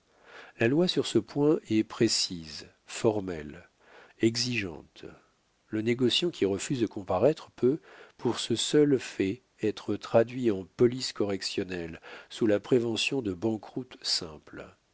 la loi sur ce point est précise formelle exigeante le négociant qui refuse de comparaître peut pour ce seul fait être traduit en police correctionnelle sous la prévention de banqueroute simple